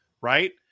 right